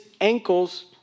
ankles